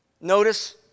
Notice